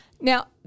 now